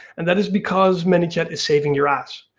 and that is because manychat is saving your ass.